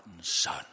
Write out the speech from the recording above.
son